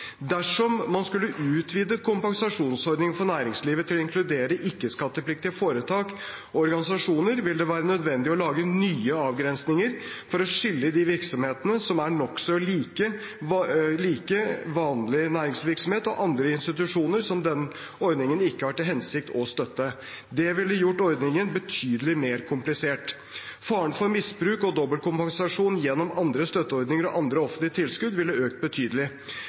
Dersom man skulle utvidet kompensasjonsordningen for næringslivet til å inkludere ikke-skattepliktige foretak og organisasjoner, ville det vært nødvendig å lage nye avgrensninger for å skille de virksomhetene som er nokså like vanlig næringsvirksomhet, og andre institusjoner som denne ordningen ikke har til hensikt å støtte. Det ville gjort ordningen betydelig mer komplisert. Faren for misbruk og dobbeltkompensasjon gjennom andre støtteordninger og andre offentlige tilskudd ville økt betydelig.